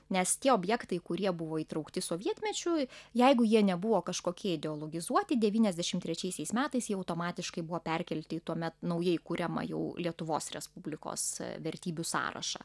nes tie objektai kurie buvo įtraukti sovietmečiu jeigu jie nebuvo kažkokie ideologizuoti devyniasdešim trečiaisiais metais jie automatiškai buvo perkelti į tuomet naujai kuriamą jau lietuvos respublikos vertybių sąrašą